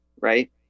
right